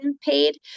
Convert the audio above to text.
paid